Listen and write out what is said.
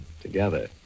together